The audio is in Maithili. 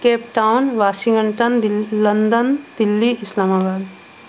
Cape Town Washington London Delhi Islamabad